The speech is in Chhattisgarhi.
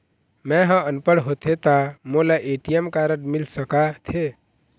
मैं ह अनपढ़ होथे ता मोला ए.टी.एम कारड मिल सका थे?